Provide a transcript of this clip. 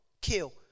kill